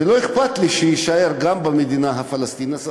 ולא אכפת לי שיישאר גם במדינה הפלסטינית,